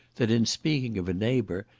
that in speaking of a neighbour,